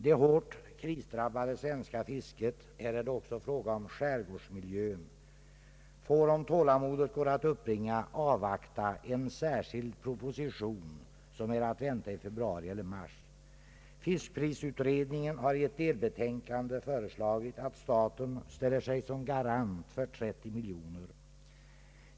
Det hårt krisdrabbade svenska fisket — här är det också fråga om skärgårdsmiljön — får, om tålamodet går att uppbringa, avvakta en särskild proposition som kommer att framläggas i februari eller mars. Fiskprisutredningen har i ett delbetänkande föreslagit att staten ställer sig som garant för lån på 30 miljoner kronor.